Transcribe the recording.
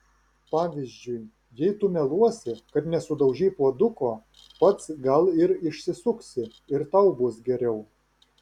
pavyzdžiui jei tu meluosi kad nesudaužei puoduko pats gal ir išsisuksi ir tau bus geriau